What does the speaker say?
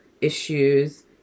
issues